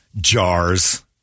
jars